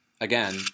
again